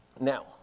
now